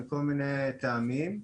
מכל מיני טעמים,